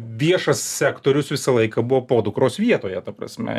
viešas sektorius visą laiką buvo podukros vietoje ta prasme